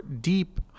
deep